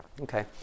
okay